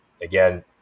Again